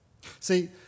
See